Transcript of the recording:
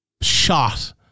shot